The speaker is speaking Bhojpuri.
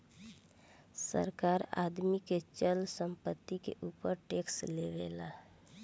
सरकार आदमी के चल संपत्ति के ऊपर टैक्स लेवेला